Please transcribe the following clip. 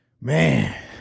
man